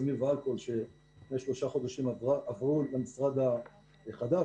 סמים ואלכוהול שלפני שלושה חודשים עברה למשרד החדש